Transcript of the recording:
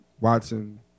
Watson